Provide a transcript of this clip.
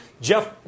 Jeff